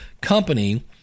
company